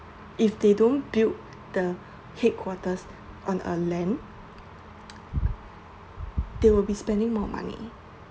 if they don't build the headquarters on a land they will be spending more money